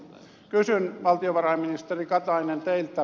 kysyn valtiovarainministeri katainen teiltä